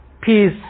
peace